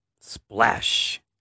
Splash